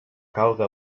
calga